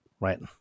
Right